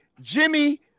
Jimmy